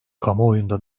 kamuoyunda